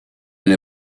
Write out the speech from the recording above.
and